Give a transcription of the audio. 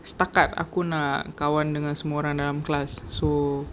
setakat aku nak kawan dengan semua orang dalam class so